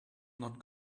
not